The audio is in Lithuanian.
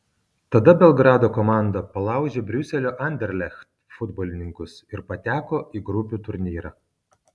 tada belgrado komanda palaužė briuselio anderlecht futbolininkus ir pateko į grupių turnyrą